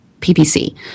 PPC